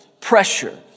pressure